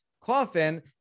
coffin